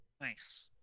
Nice